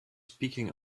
speaking